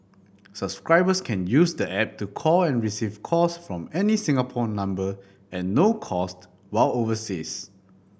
subscribers can use the app to call and receive calls from any Singapore number at no cost while overseas